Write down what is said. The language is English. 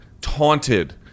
taunted